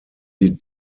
die